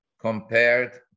compared